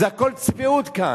זה הכול צביעות כאן.